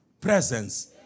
presence